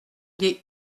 des